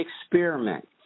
experiment